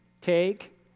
take